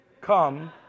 come